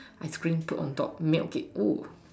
ice cream put on top milk it oh